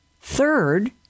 third